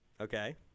Okay